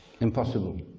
impossible!